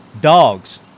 dogs